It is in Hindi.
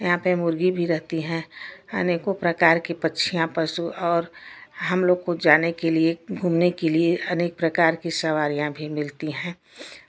यहाँ पे मुर्गी भी रहती हैं अनेको प्रकार के पक्षियाँ पशु और हमलोग को जाने के लिए घूमने के लिए अनेक प्रकार के सवारियाँ भी मिलती हैं